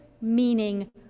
meaning